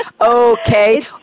Okay